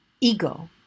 ego